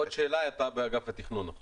עוד שאלה, אחת